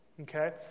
Okay